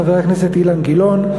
חבר הכנסת אילן גילאון,